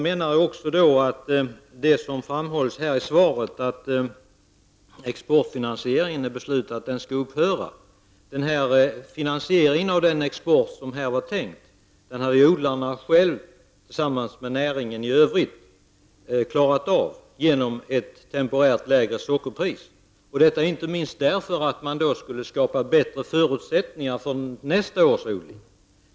I svaret framhålls att det beslutats att exportfinansieringen skall upphöra. Finansieringen av den tänkta exporten hade ju odlarna själva tillsammans med näringen i övrigt klarat av genom ett temporärt lägre sockerpris, inte minst därför att man då skulle skapat bättre förutsättningar för nästa års odling.